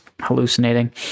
hallucinating